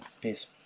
peace